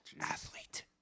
Athlete